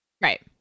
Right